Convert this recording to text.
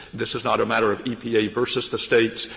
this is not a matter of epa versus the states.